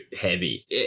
heavy